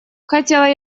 хотела